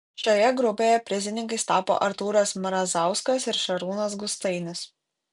šioje grupėje prizininkais tapo artūras mrazauskas ir šarūnas gustainis